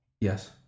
Yes